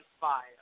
fire